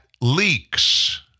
leaks